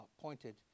pointed